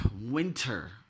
winter